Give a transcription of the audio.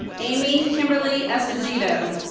amy kimberly esposito